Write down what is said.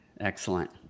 Excellent